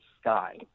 sky